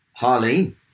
Harleen